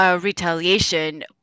Retaliation